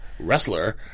Wrestler